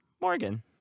Morgan